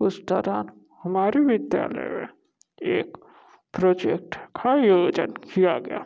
उस दौरान हमारे विद्यालय में एक प्रोजेक्ट का आयोजन किया गया